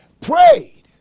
prayed